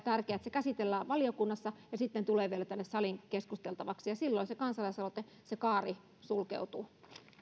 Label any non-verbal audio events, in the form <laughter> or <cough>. <unintelligible> tärkeätä että se käsitellään valiokunnassa ja sitten tulee vielä tänne saliin keskusteltavaksi ja silloin se kansalaisaloitteen kaari sulkeutuu